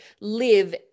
live